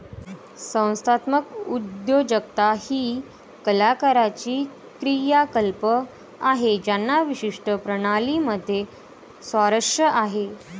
संस्थात्मक उद्योजकता ही कलाकारांची क्रियाकलाप आहे ज्यांना विशिष्ट प्रणाली मध्ये स्वारस्य आहे